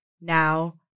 Now